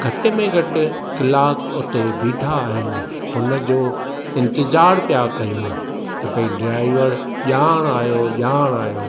घटि में घटि कलाक उते बीठा आहियूं हुन जो इन्तज़ार पिया कयूं त भई ड्राईवर ॼाण आयो ॼाण आयो